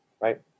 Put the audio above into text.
right